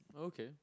okay